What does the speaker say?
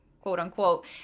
quote-unquote